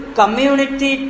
community